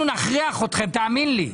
אנחנו נכריח אתכם, תאמין לי.